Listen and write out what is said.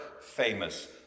famous